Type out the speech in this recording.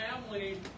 family